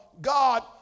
God